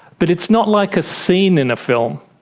but it's not like a scene in a film.